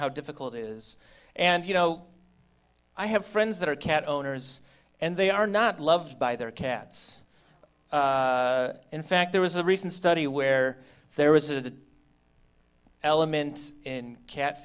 how difficult it is and you know i have friends that are cat owners and they are not loved by their cats in fact there was a recent study where there was a the element in cat